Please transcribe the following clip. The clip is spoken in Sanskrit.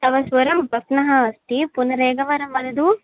तव स्वरः भग्नः अस्ति पुनरेकवारं वदतु